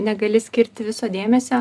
negali skirti viso dėmesio